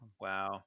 Wow